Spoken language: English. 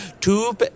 Two